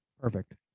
Perfect